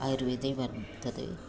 आयुर्वेदे वर्तते